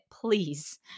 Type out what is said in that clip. please